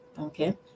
okay